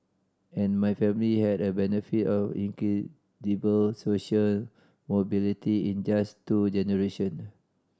and my family had a benefit of incredible social mobility in just two generation